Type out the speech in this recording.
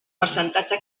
percentatge